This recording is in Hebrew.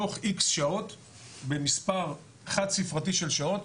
תוך X שעות במספר חד ספרתי של שעות